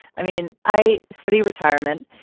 i mean, i study retirement.